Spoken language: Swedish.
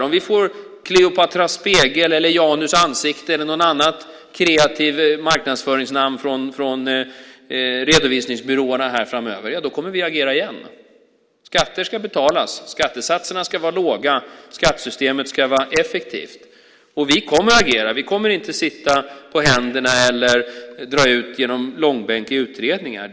Om vi får Kleopatras spegel eller janusansikte eller något annat kreativt marknadsföringsnamn från redovisningsbyråerna här framöver kommer vi att agera igen. Skatter ska betalas, skattesatserna ska vara låga, skattesystemet ska vara effektivt. Vi kommer att agera. Vi kommer inte att sitta på händerna eller dra ut i långbänk i utredningar.